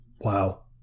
Wow